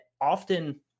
often